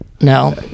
No